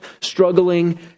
struggling